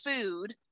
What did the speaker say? food